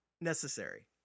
necessary